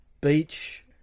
Beach